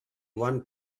one